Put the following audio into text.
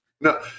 No